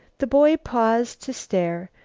the boy paused to stare,